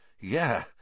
Yeah